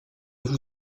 vous